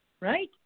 Right